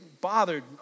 bothered